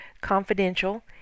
confidential